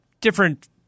different